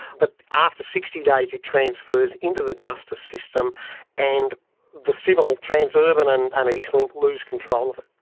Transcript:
but after sixty days it transfers into the justice system and the civil transurban and and eastlink lose control of it.